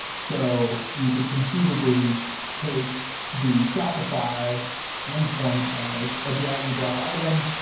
so you could conceivably take the shopify endpoint as a drag and drop item,